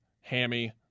hammy